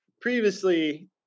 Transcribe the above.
previously